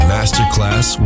Masterclass